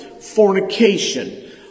fornication